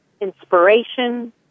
inspiration